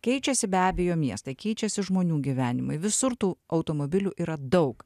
keičiasi be abejo miestai keičiasi žmonių gyvenimai visur tų automobilių yra daug